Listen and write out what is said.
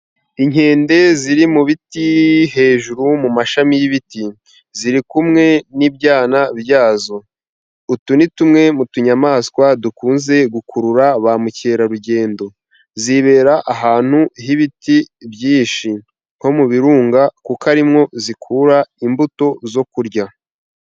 Inkende ziri mu biti hejuru mu mashami y'ibiti ,ziri kumwe n'ibyana byazo .Utu ni tumwe mu tuyamaswa dukunze gukurura ba mukerarugendo ,zibera ahantu h'ibiti byinshi nko mu birunga kuko arimwo zikura imbuto zo kurya.